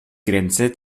grenze